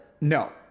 no